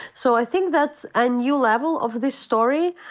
so i think that's a new level of this story.